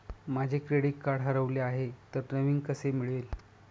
माझे credit card हरवले आहे तर नवीन कसे मिळेल?